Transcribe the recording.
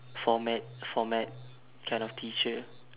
format format kind of teacher